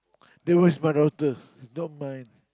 that was my daughter not my